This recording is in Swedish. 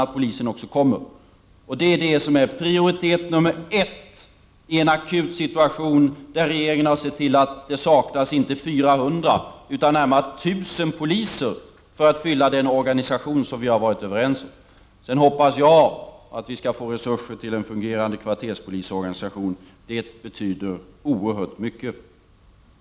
Detta har prioritet nr 1 i en akut situation, där regeringen har sett till att det saknas inte 400 utan närmare 1000 poliser för att fylla den organisation som vi har varit överens om. Jag hoppas att vi skall kunna få resurser till en fungerande kvarterspolisorganisation. Det skulle betyda oerhört mycket.